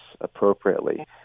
appropriately